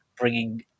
bringing